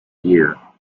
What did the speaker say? year